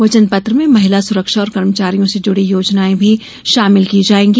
वचनपत्र में महिला सुरक्षा और कर्मचारियों से जुड़ी आकर्षक योजनायें भी शामिल की जायेंगी